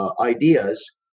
ideas